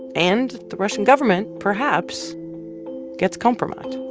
and the russian government perhaps gets kompromat